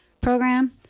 program